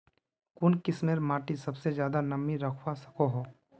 कुन किस्मेर माटी सबसे ज्यादा नमी रखवा सको हो?